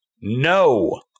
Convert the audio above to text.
no